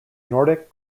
nordic